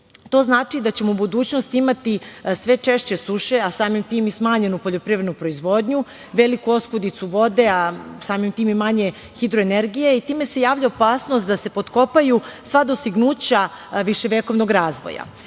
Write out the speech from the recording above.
To znači da ćemo u budućnosti imati sve češće suše, a samim tim i smanjenu poljoprivrednu proizvodnju, veliku oskudicu vode, a samim tim i manje hidroenergije i time se javlja opasnost da se potkopaju sva dostignuća viševekovnog razvoja. Mislim